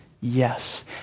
Yes